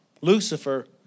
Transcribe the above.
Lucifer